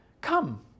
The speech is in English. Come